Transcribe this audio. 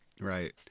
Right